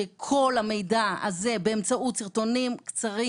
שכל המידע הזה באמצעות סרטונים קצרים,